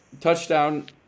touchdown